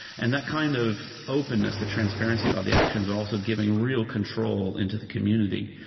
and that kind of openness, the transparency about the actions, but also giving real control into the community.